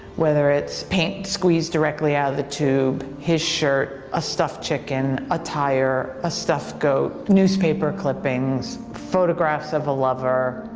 whether it's paint squeezed directly out of the tube, his shirt, a stuffed chicken, a tire, a stuffed goat, newspaper clippings, photographs of a lover,